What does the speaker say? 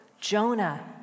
Jonah